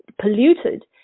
polluted